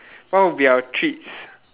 what would be our treats